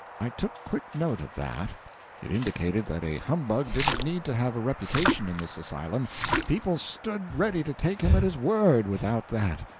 i took quick note of that it indicated that a humbug didn't need to have a reputation in this asylum people stood ready to take him at his word, without that.